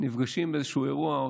ונפגשים באיזשהו אירוע.